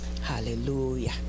Hallelujah